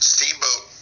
Steamboat